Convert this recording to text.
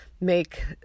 make